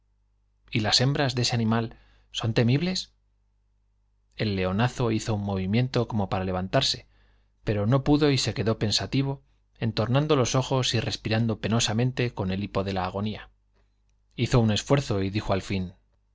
y las hembras de ese animal son temibles el leonazo hizo movimiento para levan un como tarse pero no pudo y quedó pensativo entornando se los ojos y respirando penosamente con el hipo de la agonía hizo esfuerzo y al fin